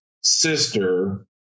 sister